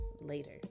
later